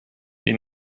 die